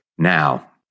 Now